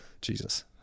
Jesus